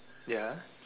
ya